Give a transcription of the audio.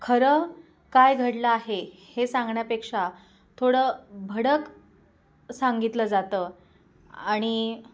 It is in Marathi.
खरं काय घडलं आहे हे सांगण्यापेक्षा थोडं भडक सांगितलं जातं आणि